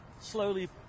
slowly